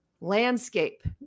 landscape